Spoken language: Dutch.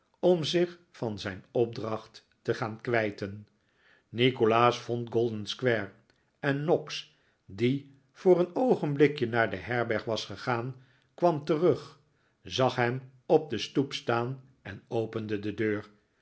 om zich van zijn opdracht te gaan kwijten nikolaas vond golden-square en noggs die voor een oogenblikje naar de herberg was gegaan kwam terug zag hem op de stoep staan en opende de deur